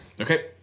Okay